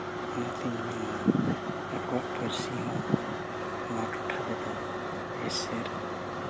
ᱚᱱᱟᱛᱤᱧ ᱢᱮᱱᱟ ᱟᱠᱚᱣᱟᱜ ᱯᱟᱹᱨᱥᱤ ᱦᱚᱸ ᱱᱚᱣᱟ ᱴᱚᱴᱷᱟ ᱨᱮᱫᱚ ᱮᱥᱮᱨ